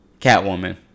Catwoman